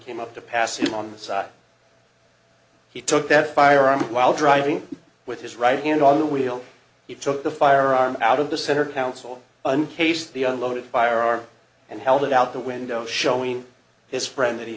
came up to pass it on the side he took that firearm while driving with his right hand on the wheel it took the firearm out of the center council uncased the unloaded firearm and held it out the window showing his friend